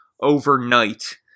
overnight